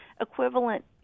equivalent